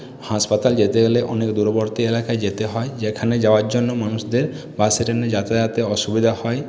হাসপাতাল যেতে হলে অনেক দূরবর্তী এলাকায় যেতে হয় যেখানে যাওয়ার জন্য মানুষদের বাসে ট্রেনে যাতায়াতে অসুবিধা হয়